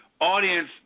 Audience